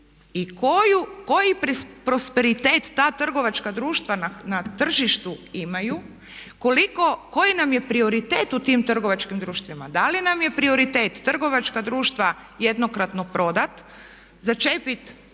koji prosperitet ta trgovačka društva na tržištu imaju, koji nam je prioritet u tim trgovačkim društvima, da li nam je prioritet trgovačka društva jednokratno prodat, začepit